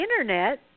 Internet